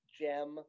Gem